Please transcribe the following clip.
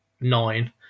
nine